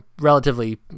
relatively